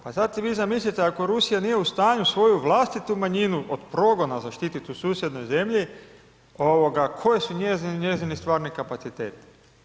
Pa sad si vi zamislite ako Rusija nije u stanju svoju vlastitu manjinu od progona zaštitit u susjednoj zemlji, koji su njezini stvarni kapaciteti?